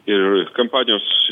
ir kampanijos